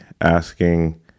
asking